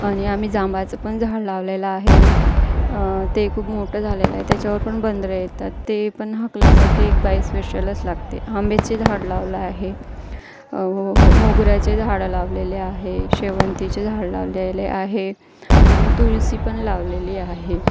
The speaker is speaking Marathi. आणि आम्ही जांबाचं पण झाड लावलेलं आहे ते खूप मोठं झालेलं आहे त्याच्यावर पण बंदरं येतात ते पण हाकलासाठी एक बाईस स्पेषलच लागते आंब्याचे झाड लावलं आहे हो हो मोगऱ्याचे झाडं लावलेले आहे शेवंतीचे झाड लावलेले आहे आणि तुळशी पण लावलेली आहे